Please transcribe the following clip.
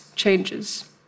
changes